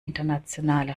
internationale